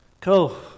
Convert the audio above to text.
Cool